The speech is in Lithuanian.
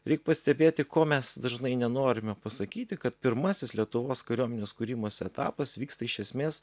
reik pastebėti ko mes dažnai nenorime pasakyti kad pirmasis lietuvos kariuomenės kūrimosi etapas vyksta iš esmės